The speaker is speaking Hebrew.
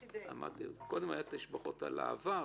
קודם היו תשבחות על העבר,